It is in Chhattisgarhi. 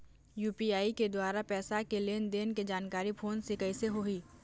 यू.पी.आई के द्वारा पैसा के लेन देन के जानकारी फोन से कइसे होही?